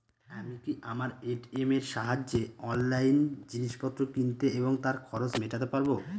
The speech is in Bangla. আমি কি আমার এ.টি.এম এর সাহায্যে অনলাইন জিনিসপত্র কিনতে এবং তার খরচ মেটাতে পারব?